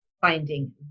finding